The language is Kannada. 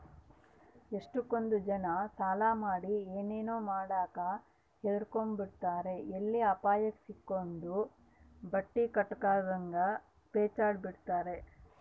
ಎಷ್ಟಕೊಂದ್ ಜನ ಸಾಲ ಮಾಡಿ ಏನನ ಮಾಡಾಕ ಹದಿರ್ಕೆಂಬ್ತಾರ ಎಲ್ಲಿ ಅಪಾಯುಕ್ ಸಿಕ್ಕಂಡು ಬಟ್ಟಿ ಕಟ್ಟಕಾಗುದಂಗ ಪೇಚಾಡ್ಬೇಕಾತ್ತಂತ